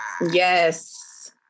yes